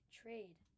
trade